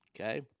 Okay